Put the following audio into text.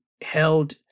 held